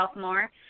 more